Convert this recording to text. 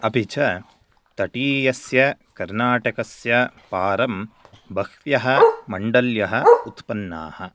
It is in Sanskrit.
अपि च तटीयस्य कर्नाटकस्य पारं बह्व्यः मण्डल्यः उत्पन्नाः